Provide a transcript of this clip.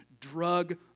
drug